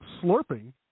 Slurping